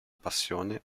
passione